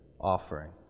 offering